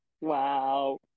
Wow